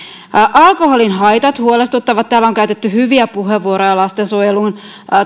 alkoholin haitat huolestuttavat täällä on käytetty hyviä puheenvuoroja lastensuojelun